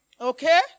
Okay